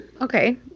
okay